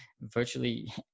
virtually